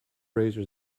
razors